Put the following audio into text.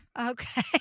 Okay